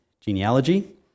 genealogy